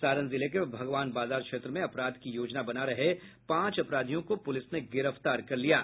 सारण जिले के भगवान बाजार थाना क्षेत्र में अपराध की योजना बना रहे पांच अपराधियों को पुलिस ने गिरफ्तार किया है